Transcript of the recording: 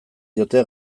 diote